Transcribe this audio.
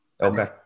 Okay